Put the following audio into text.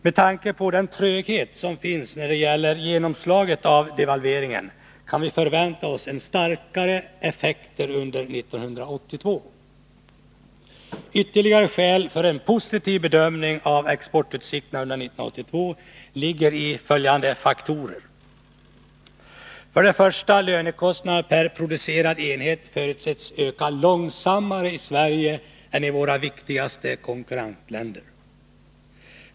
Med tanke på den tröghet som finns när det gäller genomslaget av en devalvering kan vi förvänta oss än starkare effekter under 1982. Ytterligare skäl för en positiv bedömning av exportutsikterna under 1982 ligger i följande faktorer. För det första förutses lönekostnaderna per producerad enhet öka långsammare i Sverige än i våra viktigaste konkurrentländer.